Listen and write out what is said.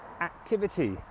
activity